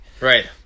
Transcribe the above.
Right